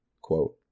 Quote